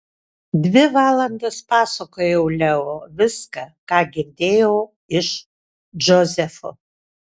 dvi valandas pasakojau leo viską ką girdėjau iš džozefo